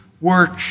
work